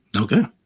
Okay